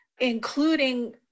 including